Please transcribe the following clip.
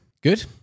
Good